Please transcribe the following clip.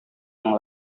yang